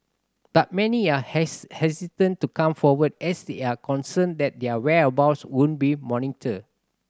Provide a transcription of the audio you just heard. but many are hesitant to come forward as they are concerned that their whereabouts would be monitored